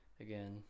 Again